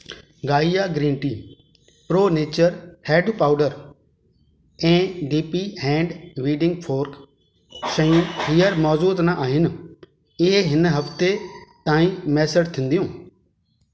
Gaia green tea pro nature head powder ऐं D P hand weeding fork शयूं हींअर मौजूदु न आहिनि इहे हिन हफ़्ते ताईं मुयसरु थींदियूं